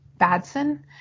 Badson